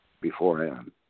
beforehand